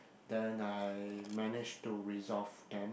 then I managed to resolve them